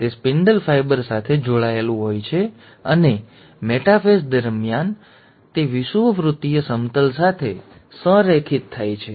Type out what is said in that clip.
તે spindle fibre સાથે જોડાયેલું હોય છે અને મેટાફેઝ દરમિયાન તે વિષુવવૃત્તીય સમતલ સાથે સંરેખિત થાય છે